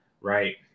right